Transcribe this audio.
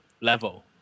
level